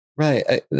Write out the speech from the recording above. Right